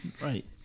Right